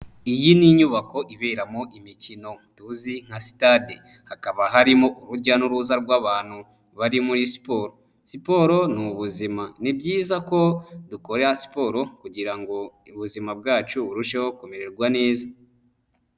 Iyi ni inyubako iberamo imikino, tuzi nka sitade, hakaba harimo urujya n'uruza rw'abantu bari muri siporo. Siporo ni ubuzima. Ni byiza ko, dukora siporo, kugira ngo ubuzima bwacu burusheho kumererwa neza.